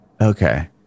Okay